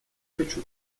хочу